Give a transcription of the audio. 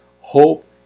hope